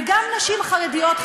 וגם נשים חרדיות,